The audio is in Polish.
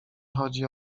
chodzi